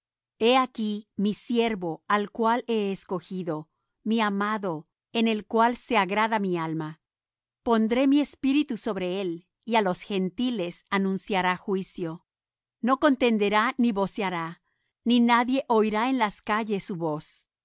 he aquí mi siervo al cual he escogido mi amado en el cual se agrada mi alma pondré mi espíritu sobre él y á los gentiles anunciará juicio no contenderá ni voceará ni nadie oirá en las calles su voz